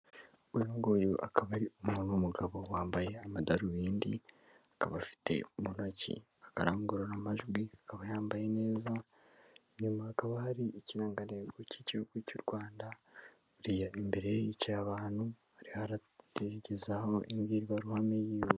Uyu nguyu akaba ari umuntu w'umugabo wambaye amadarubindi, akaba afite mu ntoki akarangurura amajwi, akaba yambaye neza. Inyuma hakaba hari ikirangantego cy'igihugu cy'u Rwanda, imbere ye hicaye abantu ariho aragezaho imbwirwaruhame y'iwe.